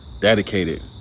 Dedicated